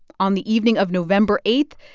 on the evening of november eight,